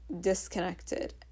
disconnected